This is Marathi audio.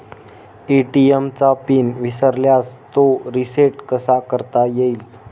ए.टी.एम चा पिन विसरल्यास तो रिसेट कसा करता येईल?